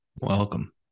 Welcome